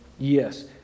Yes